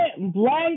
blank